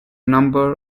number